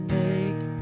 make